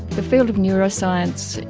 the field of neuroscience,